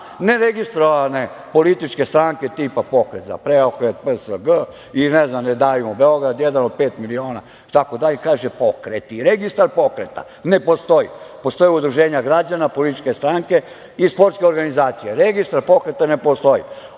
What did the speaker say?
ne registrovane političke stranke, tipa „Pokret za preokret“, PSG, ne znam, „Ne davimo Beograd“, „Jedan od pet miliona“, itd. Kaže – pokreti. Registar pokreta ne postoji, postoje udruženja građana, političke stranke i sportske organizacije. Registar pokreta ne postoji.